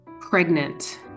pregnant